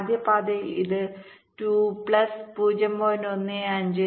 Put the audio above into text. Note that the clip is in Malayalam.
ആദ്യ പാതയിൽ ഇത് 2 പ്ലസ് 0